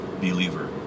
believer